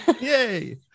Yay